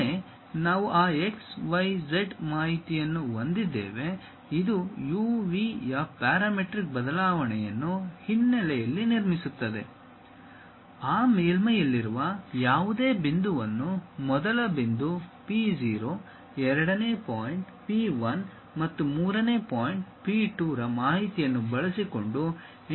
ಒಮ್ಮೆ ನಾವು ಆ x y z ಮಾಹಿತಿಯನ್ನು ಹೊಂದಿದ್ದೇವೆ ಇದು u v ಯ ಪ್ಯಾರಾಮೀಟ್ರಿಕ್ ಬದಲಾವಣೆಯನ್ನು ಹಿನ್ನೆಲೆಯಲ್ಲಿ ನಿರ್ಮಿಸುತ್ತದೆ ಆ ಮೇಲ್ಮೈಯಲ್ಲಿರುವ ಯಾವುದೇ ಬಿಂದುವನ್ನು ಮೊದಲ ಬಿಂದು P 0 ಎರಡನೇ ಪಾಯಿಂಟ್ P1 ಮತ್ತು ಮೂರನೇ ಪಾಯಿಂಟ್ P2 ರ ಮಾಹಿತಿಯನ್ನು ಬಳಸಿಕೊಂಡು ಇಂಟರ್ಪೋಲೇಟ್ ಮಾಡಬಹುದು